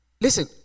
Listen